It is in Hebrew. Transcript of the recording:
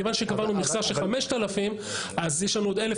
כיוון שקבענו מכסה של 5,000 אז יש לנו עוד 1,000